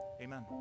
Amen